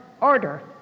order